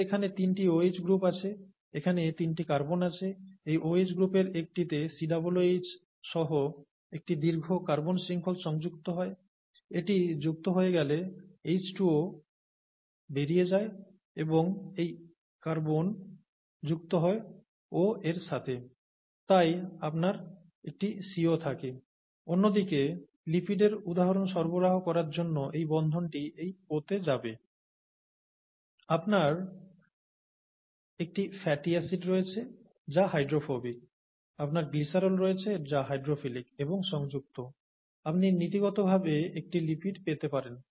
এর এখানে তিনটি OH গ্রুপ আছে এখানে তিনটি কার্বন আছে এই OH গ্রুপের একটিতে COOH সহ একটি দীর্ঘ কার্বন শৃংখল সংযুক্ত হয় এটি যুক্ত হয়ে গেলে H2O বেরিয়ে যায় এবং এই C যুক্ত হয় O এর সাথে তাই আপনার একটি CO থাকে অন্যদিকে লিপিডের উদাহরণ সরবরাহ করার জন্য এই বন্ধনটি এই O তে যাবে আপনার একটি ফ্যাটি অ্যাসিড রয়েছে যা হাইড্রোফোবিক আপনার গ্লিসারল রয়েছে যা হাইড্রোফিলিক এবং সংযুক্ত আপনি নীতিগতভাবে একটি লিপিড পেতে পারেন